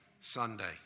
Sunday